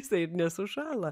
jisai ir nesušąla